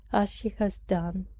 as he has done.